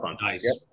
Nice